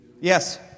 Yes